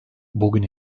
bugün